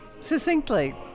Succinctly